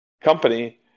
company